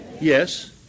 Yes